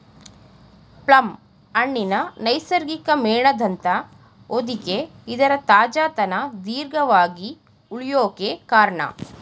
plum ಹಣ್ಣಿನ ನೈಸರ್ಗಿಕ ಮೇಣದಂಥ ಹೊದಿಕೆ ಇದರ ತಾಜಾತನ ದೀರ್ಘವಾಗಿ ಉಳ್ಯೋಕೆ ಕಾರ್ಣ